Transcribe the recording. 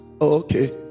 okay